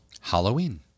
Halloween